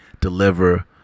deliver